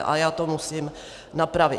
A já to musím napravit.